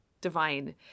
divine